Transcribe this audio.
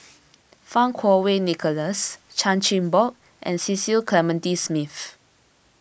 Fang Kuo Wei Nicholas Chan Chin Bock and Cecil Clementi Smith